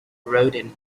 rodin